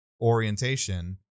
orientation